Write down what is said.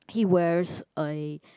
he wears a